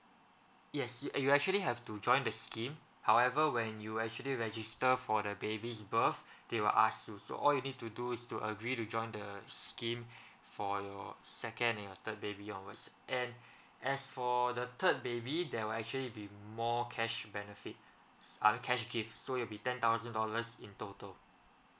yes you you actually have to join the scheme however when you actually register for the baby's birth they will ask you so all you need to do is to agree to join the scheme for your second and your third baby onwards and as for the third baby there will actually be more cash benefits um cash gift so it'll be ten thousand dollars in total